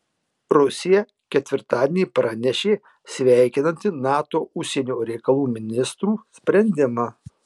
rusija ketvirtadienį pranešė sveikinanti nato užsienio reikalų ministrų sprendimą